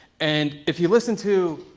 and if you listen to,